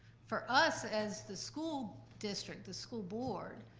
for us as the school district, the school board,